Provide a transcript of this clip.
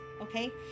okay